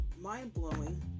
mind-blowing